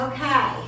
Okay